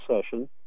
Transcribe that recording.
session